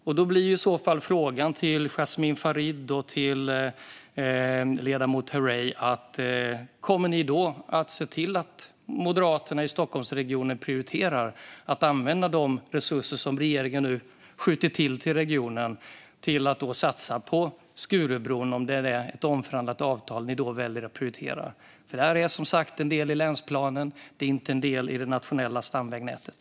I så fall blir frågan till Jasmin Farid och ledamoten Herrey: Kommer ni då att se till att Moderaterna i Stockholmsregionen prioriterar att använda de resurser som regeringen nu skjuter till i regionen för att satsa på Skurubron? Väljer ni då att prioritera ett omförhandlat avtal? Detta är som sagt en del i länsplanen och inte i det nationella stamvägnätet.